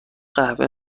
قهوه